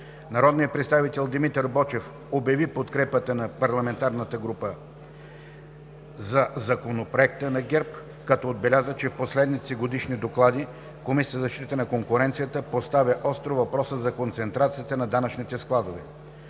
Народният представител Димитър Бойчев обяви подкрепата на парламентарната група на ГЕРБ за Законопроекта, като отбеляза, че в последните си годишни доклади Комисията за защита на конкуренцията поставя остро въпроса за концентрацията на данъчните складове.